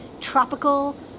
tropical